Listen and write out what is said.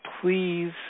Please